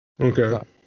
okay